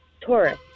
Taurus